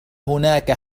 هناك